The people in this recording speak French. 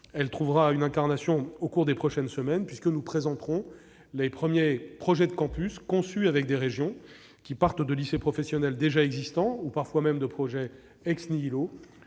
formule trouvera une incarnation au cours des prochaines semaines lorsque nous présenterons les premiers projets de campus conçus avec des régions. Nous partirons de lycées professionnels existants ou parfois de projet,